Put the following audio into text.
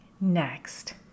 Next